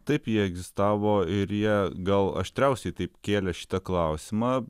taip jie egzistavo ir jie gal aštriausiai taip kėlė šitą klausimą